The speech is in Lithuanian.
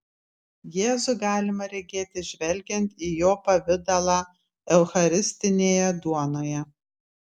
jėzų galima regėti žvelgiant į jo pavidalą eucharistinėje duonoje